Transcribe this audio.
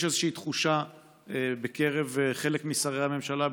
יש איזושהי תחושה בקרב חלק משרי הממשלה,